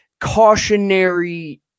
cautionary